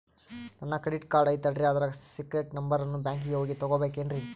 ನನ್ನ credit card ಐತಲ್ರೇ ಅದರ ಸೇಕ್ರೇಟ್ ನಂಬರನ್ನು ಬ್ಯಾಂಕಿಗೆ ಹೋಗಿ ತಗೋಬೇಕಿನ್ರಿ?